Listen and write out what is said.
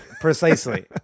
precisely